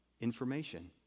information